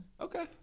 okay